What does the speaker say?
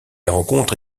rencontre